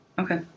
Okay